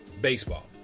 baseball